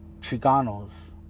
Chicanos